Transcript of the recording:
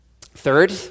Third